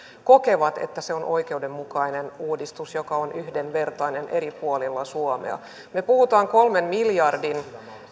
kokevat että se on oikeudenmukainen uudistus joka on yhdenvertainen eri puolilla suomea me puhumme kolmen miljardin